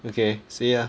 okay see ya